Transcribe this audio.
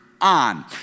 on